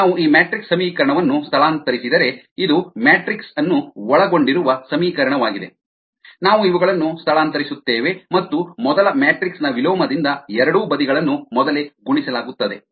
ಈಗ ನಾವು ಈ ಮ್ಯಾಟ್ರಿಕ್ಸ್ ಸಮೀಕರಣವನ್ನು ಸ್ಥಳಾಂತರಿಸಿದರೆ ಇದು ಮ್ಯಾಟ್ರಿಕ್ಸ್ ಅನ್ನು ಒಳಗೊಂಡಿರುವ ಸಮೀಕರಣವಾಗಿದೆ ನಾವು ಇವುಗಳನ್ನು ಸ್ಥಳಾಂತರಿಸುತ್ತೇವೆ ಮತ್ತು ಮೊದಲ ಮ್ಯಾಟ್ರಿಕ್ಸ್ ನ ವಿಲೋಮದಿಂದ ಎರಡೂ ಬದಿಗಳನ್ನು ಮೊದಲೇ ಗುಣಿಸಲಾಗುತ್ತದೆ